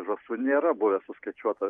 žąsų nėra buvę suskaičiuota